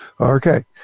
Okay